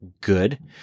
good